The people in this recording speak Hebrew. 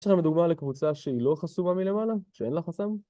יש לכם דוגמה לקבוצה שהיא לא חסומה מלמעלה? שאין לה חסם?